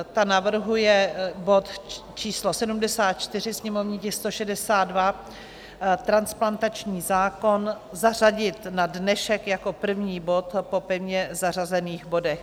Ta navrhuje bod číslo 74, sněmovní tisk 162, transplantační zákon, zařadit na dnešek jako první bod po pevně zařazených bodech.